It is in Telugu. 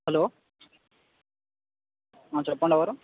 హలో చెప్పండి ఎవరు